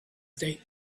date